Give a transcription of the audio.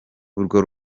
urwo